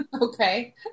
Okay